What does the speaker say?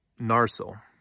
Narsil